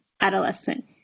adolescent